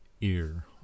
ear